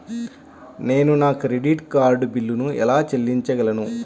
నేను నా credit card బిల్లును ఎలా చెల్లించగలను?